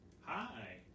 Hi